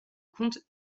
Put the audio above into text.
comte